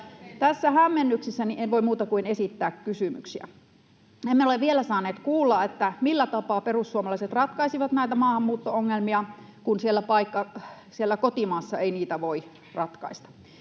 Hämmennyksissäni en voi muuta kuin esittää kysymyksiä. Emme ole vielä saaneet kuulla, millä tapaa perussuomalaiset ratkaisisivat näitä maahanmuutto-ongelmia, kun siellä kotimaassa ei niitä voi ratkaista.